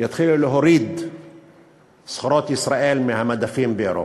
יתחילו להוריד סחורות ישראל מהמדפים באירופה.